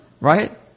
right